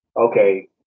okay